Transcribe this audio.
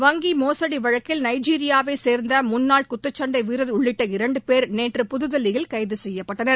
வங்கி மோசடி வழக்கில் நைஜீரியாவைச் சேர்ந்த முன்னாள் குத்துச் சண்டை வீரர் உள்ளிட்ட இரண்டு பேர் நேற்று புதுதில்லியில் கைது செய்யப்பட்டனர்